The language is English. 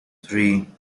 three